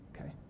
okay